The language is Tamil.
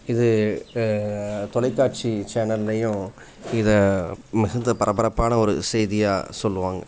இது தொலைக்காட்சி சேனல்லையும் இதை மிகுந்த பரபரப்பான ஒரு செய்தியாக சொல்லுவாங்க